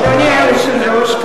אדוני היושב-ראש,